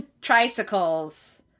tricycles